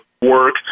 work